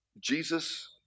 Jesus